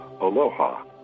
Aloha